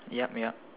yup ya